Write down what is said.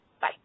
Bye